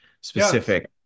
specific